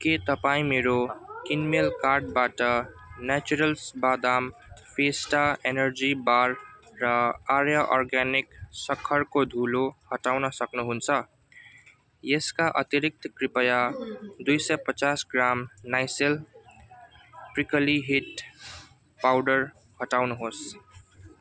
के तपाईँ मेरो किनमेल कार्टबाट नेचरल्स बादाम फिएस्टा इनर्जी बार र आर्य अर्ग्यानिक सक्खरको धुलो हटाउन सक्नुहुन्छ यसका अतिरिक्त कृपया दुई सय पचार gram Nycil prickly heat powder हटाउनुहोस्